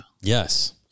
Yes